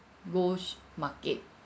golds market